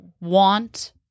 want